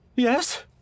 Yes